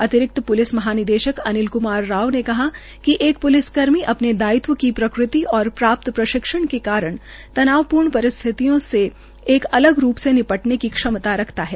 अतिरिक्त प्लिस महानिदेश्क अनिल क्मार राव ने कहा कि प्लिस कर्मी अपने दायित्व की प्रकृति और प्राप्त लक्ष्य के कारण तनावपूर्ण परिस्थितियों से एक अलग रूप से निपटने की क्षमता रखता है